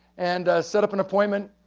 and set up an appointment,